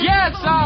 Yes